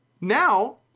Now